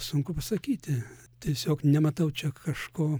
sunku pasakyti tiesiog nematau čia kažko